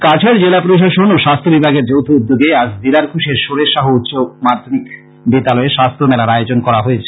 কাছাড় জেলা প্রশাসন ও স্বাস্থ্য বিভাগের যৌথ উদ্যোগে আজ দিদারখুশের সুরেশ সাহু উচ্চ মাধ্যমিক বিদ্যালয়ে স্বাস্থ্য মেলার আয়োজন করা হয়েছে